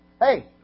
Hey